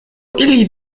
ili